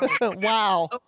Wow